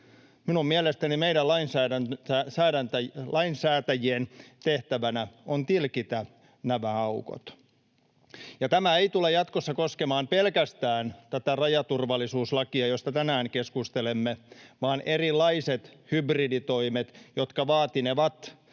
Minun mielestäni meidän lainsäätäjien tehtävänä on tilkitä nämä aukot. Tämä ei tule jatkossa koskemaan pelkästään tätä rajaturvallisuuslakia, josta tänään keskustelemme, vaan erilaiset hybriditoimet, jotka vaatinevat